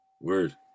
word